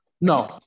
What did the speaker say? No